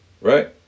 Right